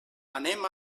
anem